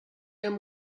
him